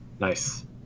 Nice